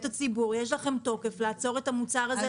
הציבור יש לכם תוקף לעצור את המוצר הזה,